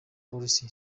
policy